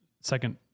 second